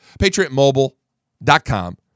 Patriotmobile.com